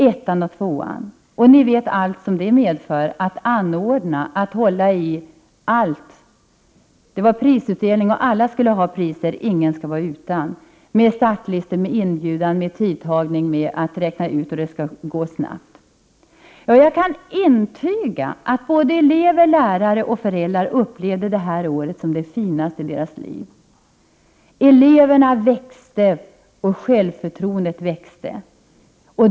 Ni förstår nog vad det innebär att anordna en sådan, att hålla i allt: inbjudan, startlistor, tidtagning och att snabbt räkna ut resultaten. Och när det blev prisutdelning skulle alla ha pris. Ingen skulle vara utan. Jag kan intyga att både elever, lärare och föräldrar upplevde det här året som det finaste i sina liv. Eleverna växte, och självförtroendet växte.